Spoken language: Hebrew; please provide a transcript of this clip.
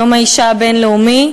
יום האישה הבין-לאומי.